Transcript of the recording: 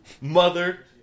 Mother